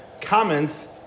comments